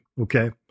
Okay